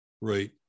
right